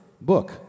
book